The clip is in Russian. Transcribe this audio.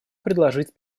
предложить